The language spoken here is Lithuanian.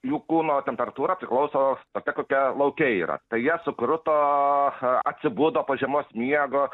jų kūno temperatūra priklauso tokia kokia lauke yra jie sukruto atsibudo po žiemos miego